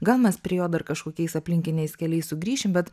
gal mes prie jo dar kažkokiais aplinkiniais keliais sugrįšim bet